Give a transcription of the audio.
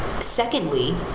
Secondly